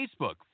Facebook